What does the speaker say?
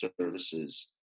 services